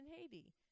Haiti